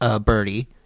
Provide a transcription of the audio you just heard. Birdie